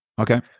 Okay